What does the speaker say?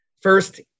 first